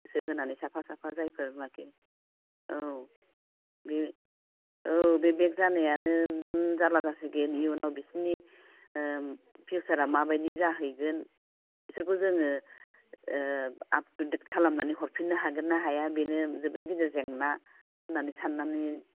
गोसो होनानै साफा साफा जायफोर नाखि औ बे औ बे बेक जानायानथ' जारला जासिगोन इयुनाव बिसिनि ओ फिउसारा माबादि जाहैगोन बिसोरखौ जोङो आफ टु डेट खालामनानै हरफिननो हागोन ना हाया बेनो जोबोद गिदिर जेंना होननानै साननानै